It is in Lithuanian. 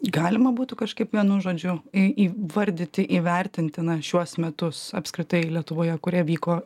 galima būtų kažkaip vienu žodžiu į įvardyti įvertinti na šiuos metus apskritai lietuvoje kurie vyko